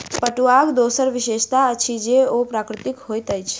पटुआक दोसर विशेषता अछि जे ओ प्राकृतिक होइत अछि